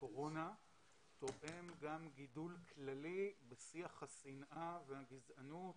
הקורונה תואם גם גידול כללי בשיח השנאה והגזענות